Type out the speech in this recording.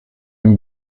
une